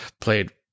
played